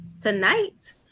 tonight